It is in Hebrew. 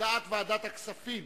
הודעת ועדת הכספים